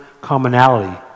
commonality